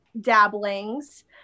dabblings